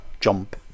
jump